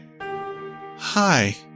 Hi